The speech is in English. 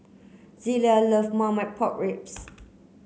Zelia love Marmite Pork Ribs